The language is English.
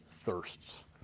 thirsts